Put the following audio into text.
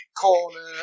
corner